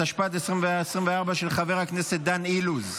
ולא ממשלתי ולא נעליים.